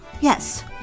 yes